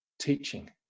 teaching